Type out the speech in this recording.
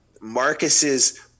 Marcus's